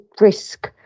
risk